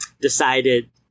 decided